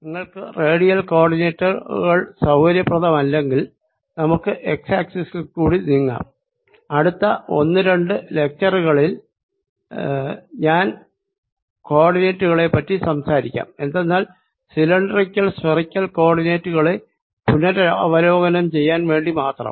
നിങ്ങൾക്ക് റേഡിയൽ കോ ഓർഡിനേറ്ററുകൾ സൌകര്യപ്രദമല്ലെങ്കിൽ നമുക്ക് x ആക്സിസിൽ കൂടി നീങ്ങാം അടുത്ത ഒന്ന് രണ്ടു ലെക്ച്ചറുകളിൽ ഞാൻ കോഓർഡി നേറ്റുകളെപ്പറ്റി സംസാരിക്കാം എന്തെന്നാൽ സിലിണ്ടറിക്കൽ സ്ഫറിക്കൽ കോഓർഡിനേറ്റുകളെ പുനരവലോകനം ചെയ്യാൻ വേണ്ടി മാത്രം